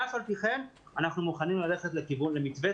אף על פי כן אנחנו מוכנים ללכת למתווה